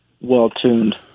well-tuned